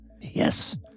Yes